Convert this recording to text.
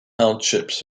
hardships